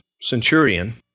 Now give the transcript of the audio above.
centurion